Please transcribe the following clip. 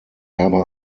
habe